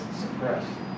suppressed